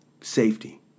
safety